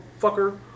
fucker